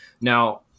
Now